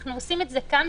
אנחנו עושים את זה כאן,